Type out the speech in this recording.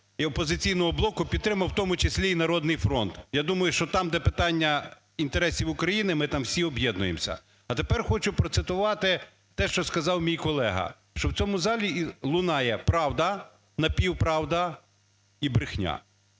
"Опозиційного блоку" підтримав у тому числі і "Народний фронт". Я думаю, що там, де питання інтересів України, ми там всі об'єднуємося. А тепер хочу процитувати те, що сказав мій колега, що у цьому залі лунає правда, напівправда і брехня.